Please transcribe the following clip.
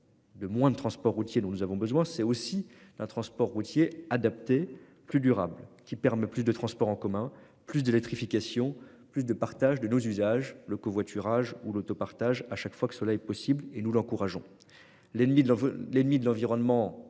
De moins de transport routier dont nous avons besoin, c'est aussi le transport routier adapté plus durable qui permet plus de transports en commun plus d'électrification plus de partage de nos usages le covoiturage ou l'autopartage à chaque fois que cela est possible et nous l'encourageons l'ennemi de leurs l'ennemi